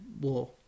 war